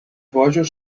bojos